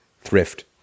thrift